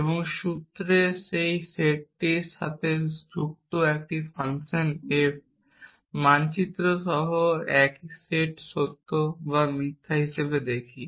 এবং সূত্রের এই সেটটির সাথে যুক্ত একটি ফাংশন f মানচিত্র সহ একই সেট সত্য বা মিথ্যা হিসেবে দেখি